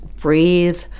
breathe